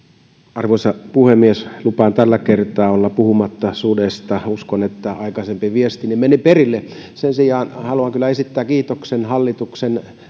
arvoisa puhemies lupaan tällä kertaa olla puhumatta sudesta uskon että aikaisempi viestini meni perille sen sijaan haluan kyllä esittää kiitoksen hallituksen